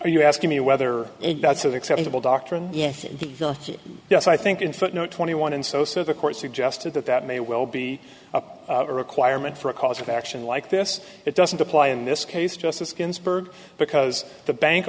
are you asking me whether that's acceptable doctrine yes yes i think in footnote twenty one and so so the court suggested that that may well be a requirement for a cause of action like this it doesn't apply in this case justice ginsburg because the bank